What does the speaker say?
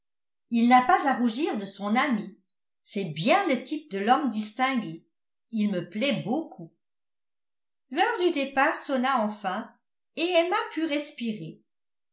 il n'a pas à rougir de son ami c'est bien le type de l'homme distingué il me plait beaucoup l'heure du départ sonna enfin et emma put respirer